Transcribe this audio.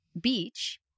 beach